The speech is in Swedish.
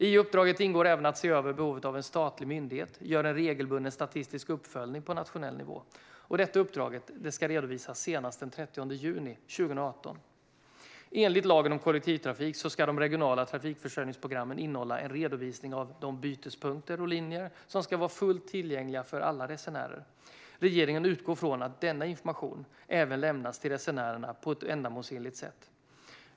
I uppdraget ingår även att se över behovet av att en statlig myndighet gör en regelbunden statistisk uppföljning på nationell nivå. Uppdraget ska redovisas senast den 30 juni 2018. Enligt lagen om kollektivtrafik ska de regionala trafikförsörjningsprogrammen innehålla en redovisning av de bytespunkter och linjer som ska vara fullt tillgängliga för alla resenärer. Regeringen utgår från att denna information även lämnas till resenärerna på ett ändamålsenligt sätt.